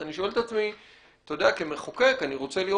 אז אני שואל את עצמי כמחוקק, אני רוצה להיות